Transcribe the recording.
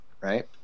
right